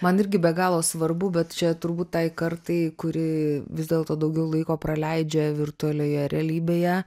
man irgi be galo svarbu bet čia turbūt tai kartai kuri vis dėlto daugiau laiko praleidžia virtualioje realybėje